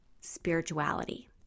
spirituality